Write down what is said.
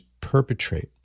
perpetrate